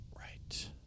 Right